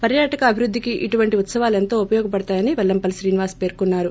పర్వాటక అభివృద్ధికి ఇటువంటి ఉత్సవాలు ఎంతో ఉపయోగపడతాయని పెల్లంపల్లి శ్రీనివాస్ పర్కొన్నారు